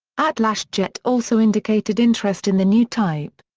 atlasjet also indicated interest in the new type.